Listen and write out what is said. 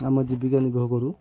ଆମ ଜୀବିକା ନିର୍ବାହ କରୁ